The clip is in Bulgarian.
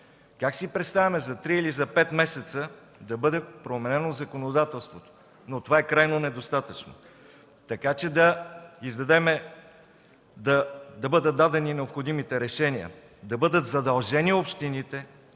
Как си представяме за 3 или за 5 месеца да бъде променено законодателството? Това е крайно недостатъчно, така че да бъдат дадени необходимите решения, да бъдат задължени общините